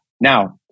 Now